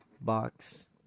Box